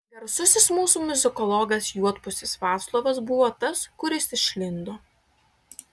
garsusis mūsų muzikologas juodpusis vaclovas buvo tas kuris išlindo